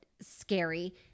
scary